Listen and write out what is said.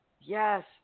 Yes